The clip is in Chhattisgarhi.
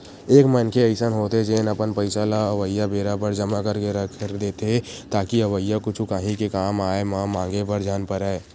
एक मनखे अइसन होथे जेन अपन पइसा ल अवइया बेरा बर जमा करके के रख देथे ताकि अवइया कुछु काही के कामआय म मांगे बर झन परय